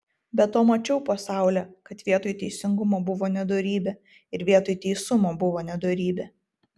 be to mačiau po saule kad vietoj teisingumo buvo nedorybė ir vietoj teisumo buvo nedorybė